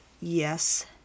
yes